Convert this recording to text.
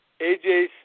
AJ